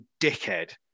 dickhead